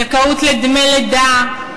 זכאות לדמי לידה,